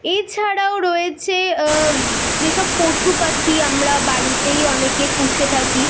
এছাড়াও রয়েছে যেসব পশু পাখি আমরা বাড়িতেই অনেকে পুষে থাকি